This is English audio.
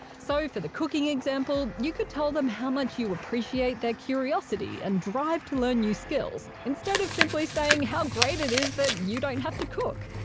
so for the cooking example, you could tell them how much you appreciate their curiosity and drive to learn new skills instead of simply saying how great it is that you didn't have to cook.